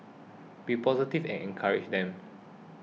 be positive and encourage them